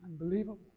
Unbelievable